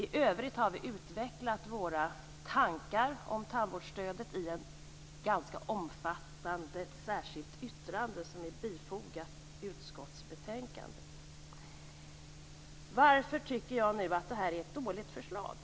I övrigt har vi utvecklat våra tankar om tandvårdsstödet i ett ganska omfattande särskilt yttrande som är bifogat utskottsbetänkandet. Varför tycker jag nu att det här är ett dåligt förslag?